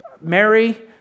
Mary